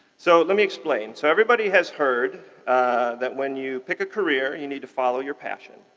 so let me explain. so everybody has heard that when you pick a career, you need to follow your passion.